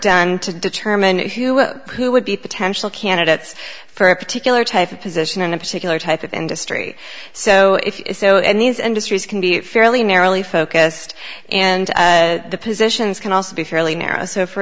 done to determine who would be potential candidates for a particular type of position in a particular type of industry so if so and these industries can be fairly narrowly focused and the positions can also be fairly narrow so for